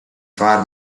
far